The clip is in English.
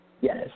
Yes